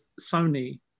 Sony